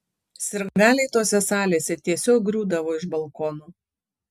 sirgaliai tose salėse tiesiog griūdavo iš balkonų